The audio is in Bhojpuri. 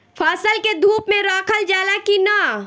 फसल के धुप मे रखल जाला कि न?